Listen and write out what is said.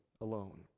alone